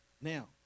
Now